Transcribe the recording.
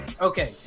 Okay